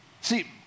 See